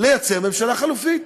ליצור ממשלה חלופית.